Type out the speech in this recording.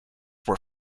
were